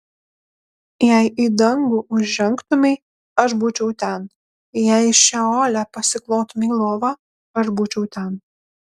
jei į dangų užžengtumei aš būčiau ten jei šeole pasiklotumei lovą aš būčiau ten